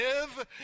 live